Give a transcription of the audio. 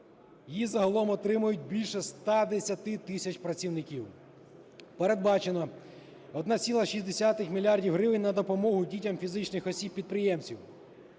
Її загалом отримують більше 110 тисяч працівників. Передбачено 1,6 мільярда гривень на допомогу дітям фізичних осіб-підприємців.